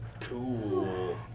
Cool